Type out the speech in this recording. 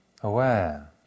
aware